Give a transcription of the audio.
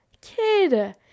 kid